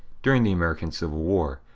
during the american civil war,